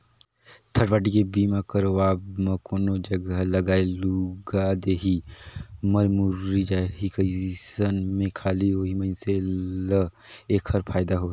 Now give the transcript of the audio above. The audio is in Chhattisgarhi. थर्ड पारटी के बीमा करवाब म कोनो जघा लागय लूगा देही, मर मुर्री जाही अइसन में खाली ओही मइनसे ल ऐखर फायदा होही